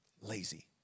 lazy